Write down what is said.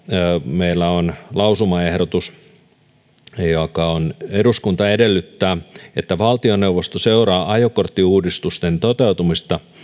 meillä on lausumaehdotus eduskunta edellyttää että valtioneuvosto seuraa ajokorttiuudistusten toteutumista